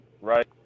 right